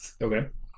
okay